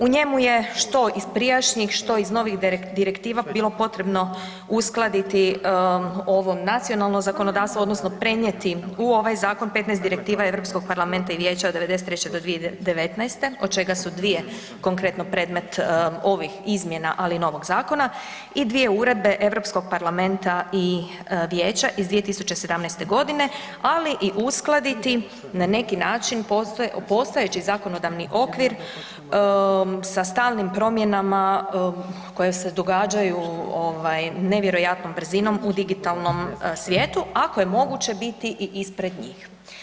U njemu je što iz prijašnjih, što ih novih direktiva bilo potrebno uskladiti u ovom nacionalno zakonodavstvo odnosno prenijeti u ovaj zakon 15 direktiva EU parlamenta i vijeća od '93. do 2019., od čega su 2 konkretno predmet ovih izmjena, ali novog zakona i dvije uredbe EU parlamenta i vijeća iz 2017. g., ali i uskladiti na neki način postojeći zakonodavni okvir sa stalnim promjenama koje se događaju nevjerojatnom brzinom u digitalnom svijetu, ako je moguće biti i ispred njih.